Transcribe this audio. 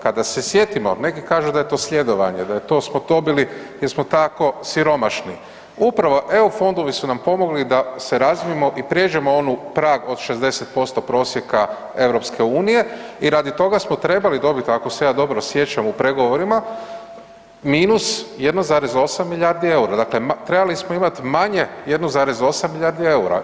Kada se sjetimo neki kažu da je sljedovanje, da smo dobili jer smo tako siromašni, upravo eu fondovi su nam pomogli da se razvijemo i prijeđemo onaj prag od 60% prosjeka EU i radi toga smo trebali dobiti, ako se ja dobro sjećam u pregovorima, minus 1,8 milijardi eura, dakle trebali smo imati manje 1,8 milijardu eura.